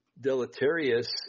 deleterious